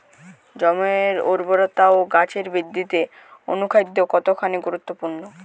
জমির উর্বরতা ও গাছের বৃদ্ধিতে অনুখাদ্য কতখানি গুরুত্বপূর্ণ?